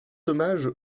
hommage